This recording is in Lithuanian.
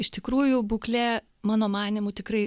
iš tikrųjų būklė mano manymu tikrai